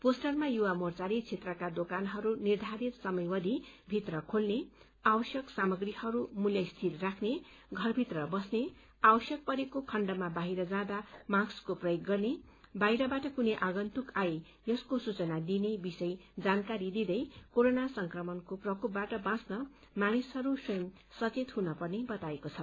पोस्टरमा युवा मोर्चाले क्षेत्रका दोकानहरू निर्धारित समयावधि भित्र खोल्ने आवश्यक सामग्रीहरू मूल्य स्थित राख्ने घरभित्र बस्ने आवश्यक परेको खण्डमा बाहिर जाँदा मास्कको प्रयोग गर्ने बाहिरबाट कुनै आगन्तुक आए यसको सूचना दिने विषय जानकारी दिँदै कोरोना संक्रमणको प्रकापबाट बाँच्न मानिसहरू स्वयं सचेत हुन पर्ने बताएको छ